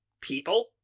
people